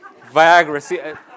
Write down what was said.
Viagra